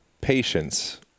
patience